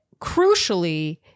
crucially